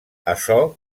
açò